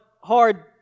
hard